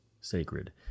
sacred